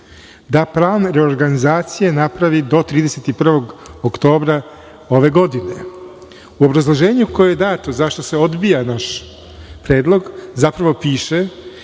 da prave reorganizacije napravi do 31. oktobra ove godine.U obrazloženju koje je dato zašto se odbija naš predlog, zapravo piše